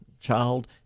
child